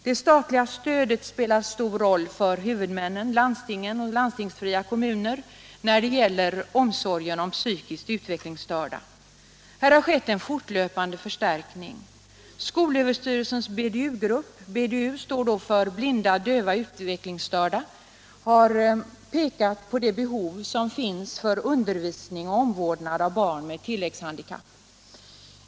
Det statliga stödet spelar stor roll för huvudmännen — landsting och landstingsfria kommuner — när det gäller omsorgen om psykiskt utvecklingsstörda. Här har skett en fortlöpande förstärkning. Skolöverstyrelsens BDU-grupp - BDU står för blinda, döva, utvecklingsstörda — har pekat på det behov som finns av undervisning och omvårdnad av barn med tilläggshandikapp.